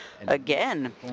again